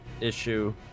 issue